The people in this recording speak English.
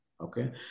Okay